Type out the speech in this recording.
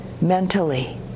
Mentally